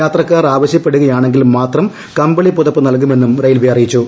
യാത്രക്കാർ ആവശ്യപ്പെടുകയാണെങ്കിൽ മാത്രം കമ്പിളി പുതപ്പ് നൽകുമെന്നും റെയിൽവെ അറിയിച്ചു